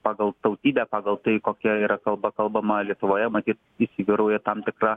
pagal tautybę pagal tai kokia yra kalba kalbama lietuvoje matyt įsivyrauja tam tikra